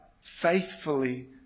faithfully